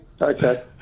Okay